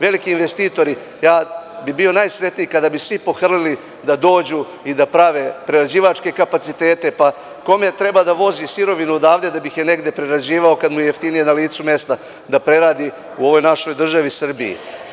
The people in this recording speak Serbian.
Veliki investitori, ja bih bio najsrećniji kada bi svi pohrlili da dođu i da prave prerađivačke kapacitete, pa kome treba da vozi sirovinu odavde da bi je negde prerađivao, kada mu je jeftinije na licu mesta da preradi u ovoj našoj državi Srbiji.